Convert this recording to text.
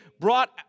brought